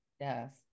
Yes